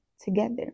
together